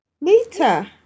Lita